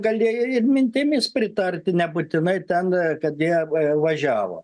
galėjo ir mintimis pritarti nebūtinai ten kad jie važiavo